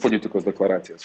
politikos deklaracijas